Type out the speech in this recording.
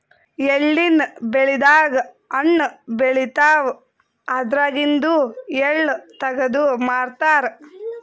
ಎಳ್ಳಿನ್ ಬೆಳಿದಾಗ್ ಹಣ್ಣ್ ಬೆಳಿತಾವ್ ಅದ್ರಾಗಿಂದು ಎಳ್ಳ ತಗದು ಮಾರ್ತಾರ್